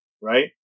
Right